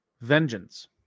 vengeance